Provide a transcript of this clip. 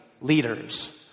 leaders